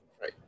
Right